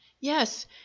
Yes